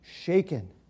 shaken